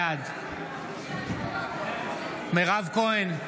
בעד מירב כהן,